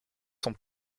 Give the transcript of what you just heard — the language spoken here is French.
son